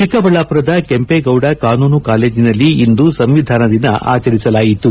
ಚೆಕ್ಕಬಳ್ಳಾಪುರದ ಕೆಂಪೇಗೌಡ ಕಾನೂನು ಕಾಲೇಜಿನಲ್ಲಿ ಇಂದು ಸಂವಿಧಾನ ದಿನ ಆಚರಿಸಲಾಯಿತು